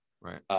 Right